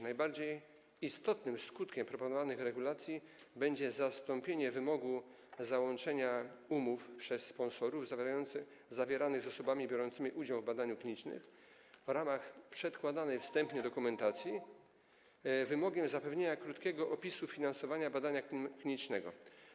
Najbardziej istotnym skutkiem proponowanych regulacji będzie zastąpienie wymogu załączenia umów zawieranych przez sponsorów z osobami biorącymi udział w badaniu klinicznym w ramach przedkładanej wstępnie dokumentacji wymogiem zapewnienia krótkiego opisu finansowania badania klinicznego.